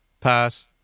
Pass